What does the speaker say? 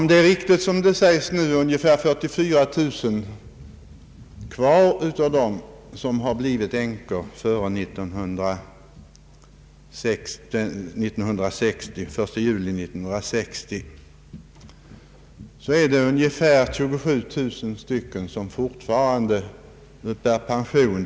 Om det är riktigt, såsom uppgivits, att det finns ungefär 44 000 änkor kvar av dem som blivit änkor före den 1 juli 1960, är det ungefär 27000 av dem som för närvarande uppbär pension.